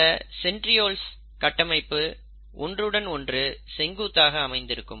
இந்த சென்ட்ரியோல்ஸ் கட்டமைப்பு ஒன்றுடன் ஒன்று செங்குத்தாக அமைந்து இருக்கும்